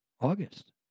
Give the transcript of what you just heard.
August